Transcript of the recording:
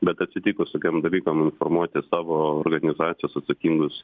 bet atsitikus tokiem dalykam informuoti savo organizacijos atsakingus